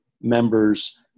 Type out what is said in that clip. members